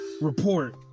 report